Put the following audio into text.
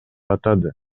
атады